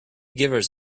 givers